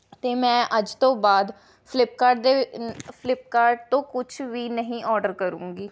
ਅਤੇ ਮੈਂ ਅੱਜ ਤੋਂ ਬਾਅਦ ਫਲਿੱਪਕਾਰਟ ਦੇ ਫਲਿੱਪਕਾਰਟ ਤੋਂ ਕੁਝ ਵੀ ਨਹੀਂ ਓਡਰ ਕਰੂੰਗੀ